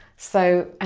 so,